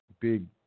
big